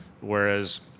Whereas